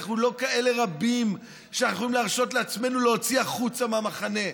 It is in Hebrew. אנחנו לא כאלה רבים שאנחנו יכולים להרשות לעצמנו להוציא החוצה מהמחנה.